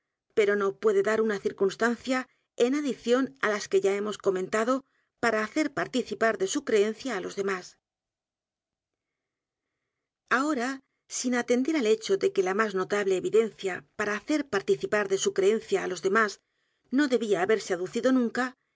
pero n puede dar una circunstancia en adición á las que ya hemos comentado p a r a hacer participar de su creencia á los demás ahora sin atender al hecho de que la más notable evidencia p a r a hacer participar de su creencia á los demás no debía haberse aducido nunca